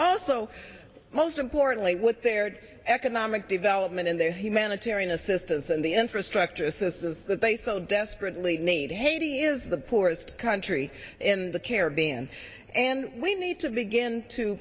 also most importantly with their economic development and their humanitarian assistance and the infrastructure assistance that they so desperately need haiti is the poorest country in the caribbean and we need to begin to